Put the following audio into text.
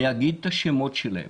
אני אגיד את השמות שלהם,